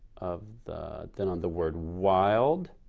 um the then on the word wild